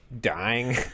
dying